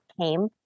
came